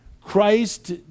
Christ